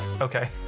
okay